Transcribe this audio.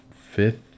fifth